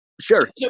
Sure